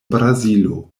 brazilo